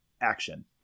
action